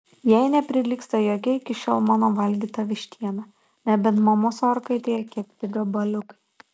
jai neprilygsta jokia iki šiol mano valgyta vištiena nebent mamos orkaitėje kepti gabaliukai